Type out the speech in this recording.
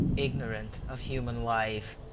ignorant of human life?